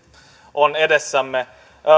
on edessämme